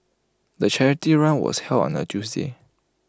the charity run was held on A Tuesday